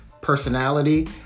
personality